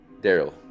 Daryl